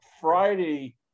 Friday